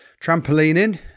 trampolining